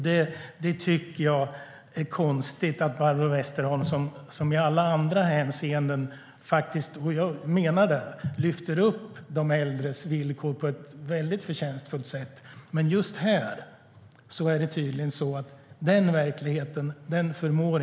Det är konstigt att Barbro Westerholm, som i alla andra hänseenden lyfter upp de äldres villkor på ett förtjänstfullt sätt, tydligen inte förmår se den verkligheten just här.